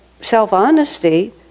self-honesty